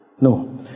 No